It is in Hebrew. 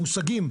מושגים,